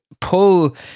pull